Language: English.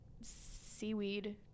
Seaweed